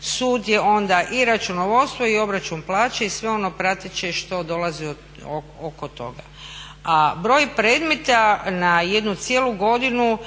sud je onda i računovodstvo i obračun plaće i sve ono prateće što dolazi oko toga. A broj predmeta na jednu cijelu godinu